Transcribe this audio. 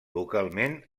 localment